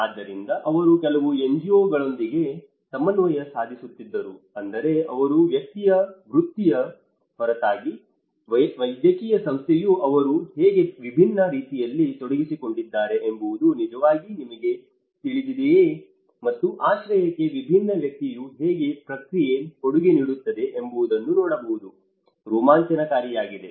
ಆದ್ದರಿಂದ ಅವರು ಕೆಲವು NGO ಗಳೊಂದಿಗೆ ಸಮನ್ವಯ ಸಾಧಿಸುತ್ತಿದ್ದರು ಅಂದರೆ ಅವರ ವೈದ್ಯಕೀಯ ವೃತ್ತಿಯ ಹೊರತಾಗಿ ವೈದ್ಯಕೀಯ ಸಂಸ್ಥೆಯೂ ಅವರು ಹೇಗೆ ವಿಭಿನ್ನ ರೀತಿಯಲ್ಲಿ ತೊಡಗಿಸಿಕೊಂಡಿದ್ದಾರೆ ಎಂಬುದು ನಿಜವಾಗಿ ನಿಮಗೆ ತಿಳಿದಿದೆಯೇ ಮತ್ತು ಆಶ್ರಯಕ್ಕೆ ವಿಭಿನ್ನ ವೃತ್ತಿಯು ಹೇಗೆ ಪ್ರಕ್ರಿಯೆ ಕೊಡುಗೆ ನೀಡುತ್ತಿದೆ ಎಂಬುದನ್ನು ನೋಡುವುದು ರೋಮಾಂಚನಕಾರಿಯಾಗಿದೆ